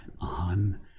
on